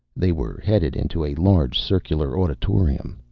they were headed into a large circular auditorium.